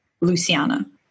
Luciana